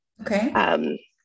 Okay